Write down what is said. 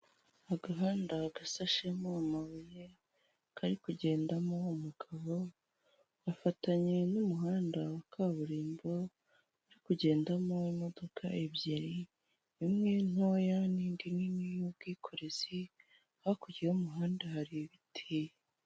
Agahanda gasashemo amabuye kari kugendamo umugabo gafatanye n'umuhanda wa kaburimbo urimo kugendamo imodoka ebyiri imwe ntoya n'indi nini y'ubwikorezi hakurya y'umuhanda hari ibiti.